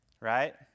Right